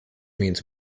means